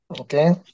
okay